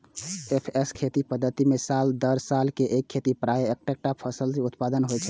एकफसला खेती पद्धति मे साल दर साल एक खेत मे प्रायः एक्केटा फसलक उत्पादन होइ छै